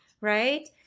right